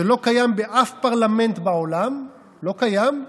שלא קיים באף פרלמנט בעולם, לא קיים,